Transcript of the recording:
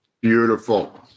Beautiful